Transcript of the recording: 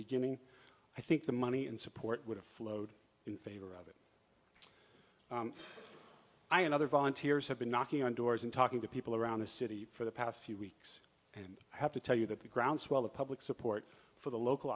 beginning i think the money and support would have flowed in favor of it i and other volunteers have been knocking on doors and talking to people around the city for the past few weeks and i have to tell you that the groundswell of public support for the local